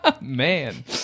Man